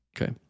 Okay